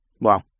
Wow